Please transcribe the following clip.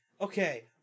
okay